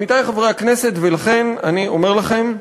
עמיתי חברי הכנסת, ולכן אני אומר לכם: